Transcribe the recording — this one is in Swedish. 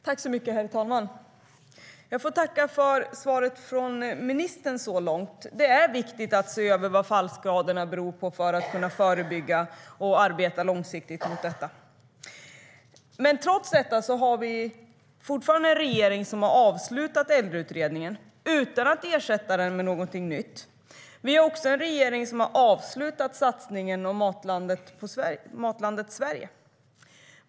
STYLEREF Kantrubrik \* MERGEFORMAT Svar på interpellationerTrots det har vi fortfarande en regering som har avslutat Äldreutredningen utan att ersätta den med någonting nytt. Vi har också en regering som har avslutat satsningen Matlandet Sverige.